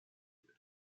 grid